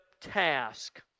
task